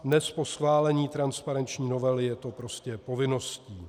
Dnes, po schválení transparenční novely, je to prostě povinností.